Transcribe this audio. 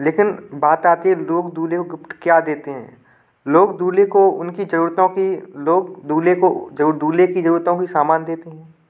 लेकिन बात आती है लोग दूल्हे को गिफ्ट क्या देते हैं लोग दूल्हे को उनकी जरूरतों की लोग दूल्हे को जरूर दूल्हे की जरूरतों की सामान देते हैं